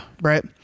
Right